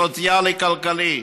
סוציאלי-כלכלי.